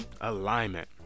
alignment